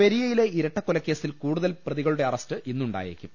പെരിയയിലെ ഇരട്ടക്കൊലക്കേസിൽ കൂടുതൽ പ്രതികളുടെ അറസ്റ്റ് ഇന്നുണ്ടായേക്കും